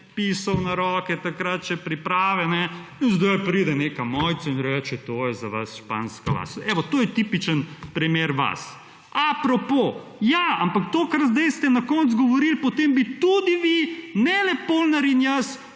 pisal na roke takrat še priprave in zdaj pride neka Mojca in reče, to je za vas španska vas. Eno, to je tipičen primer vas. A propo ja, ampak to kar zdaj ste na koncu govorili, potem bi tudi vi ne le Polnar in jaz